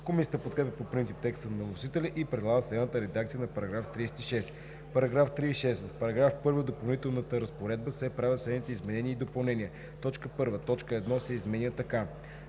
Комисията подкрепя по принцип текста на вносителя и предлага следната редакция на § 36: „§ 36. В § 1 от допълнителната разпоредба се правят следните изменения и допълнения: 1. Точка 1 се изменя така: